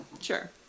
Sure